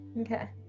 okay